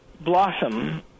blossom